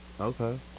Okay